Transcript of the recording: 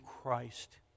Christ